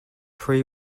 pre